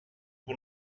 que